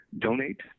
donate